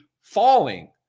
falling